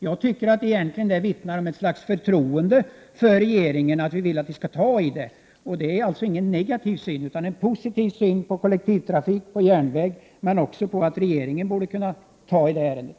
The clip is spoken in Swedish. Jag tycker att det vittnar om ett slags förtroende för regeringen att vi vill att ni skall behandla det. Det är således ingen negativ syn, utan en positiv syn på kollektivtrafiken och på järnvägen, men också på att regeringen borde kunna ta över ärendet.